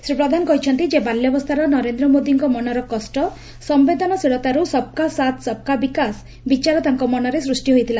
ଶ୍ରୀ ପ୍ରଧାନ କହିଛନ୍ତି ଯେ ବାଲ୍ୟାବସ୍ଷାର ନରେନ୍ଦ୍ର ମୋଦିଙ୍କ ମନର କଷ ସ୍ୟେଦନଶୀଳତାର୍ ସବକା ସାଥ ସବକା ବିକାଶ ବିଚାର ତାଙ୍କ ମନରେ ସୂଷ୍ଟି ହୋଇଥିଲା